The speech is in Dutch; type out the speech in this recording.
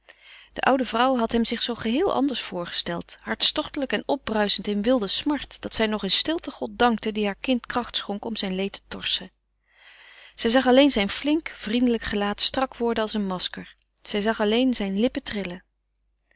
de oude vrouw had hem zich zoo geheel anders voorgesteld hartstochtelijk en opbruisend in wilde smart dat zij nog in stilte god dankte die haar kind kracht schonk om zijn leed te torsen zij zag alleen zijn flink vriendelijk gelaat strak worden als een masker zij zag alleen zijn lippen trillen